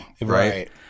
Right